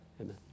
amen